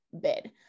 bid